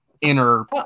inner